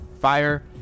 Fire